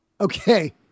okay